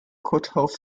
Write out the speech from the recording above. courthouse